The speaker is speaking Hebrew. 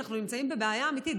אנחנו נמצאים בבעיה אמיתית,